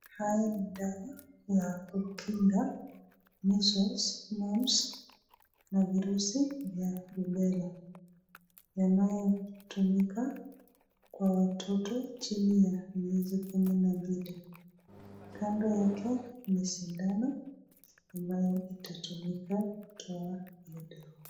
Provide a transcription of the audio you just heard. Haya ni dawa ya kukinga measles, mumps na virusi vya rubella yanayo tumika kwa watoto chini ya miezi kuna mbili. Kando yake ni sindano ambayo itatumika kutoa hiyo dawa